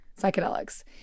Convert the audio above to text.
psychedelics